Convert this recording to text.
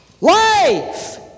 Life